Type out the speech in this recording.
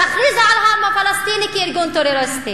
תכריזו על העם הפלסטיני כארגון טרוריסטי.